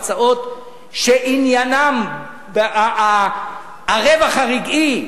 הצעות שעניינן הרווח הרגעי,